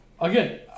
Again